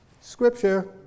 scripture